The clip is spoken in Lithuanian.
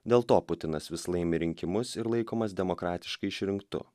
dėl to putinas vis laimi rinkimus ir laikomas demokratiškai išrinktu